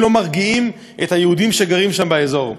לא מרגיעים את היהודים שגרים שם באזור.